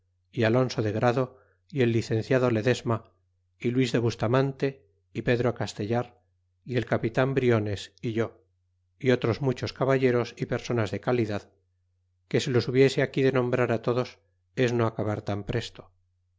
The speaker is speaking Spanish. y alonso de grado y el licenciado ledesma y luis de bustamante y pedro castellar y el capitan briones é yo y otros muchos caballeros é personas de calidad que si los hubiese aquí de nombrar á todos es no acabar tan presto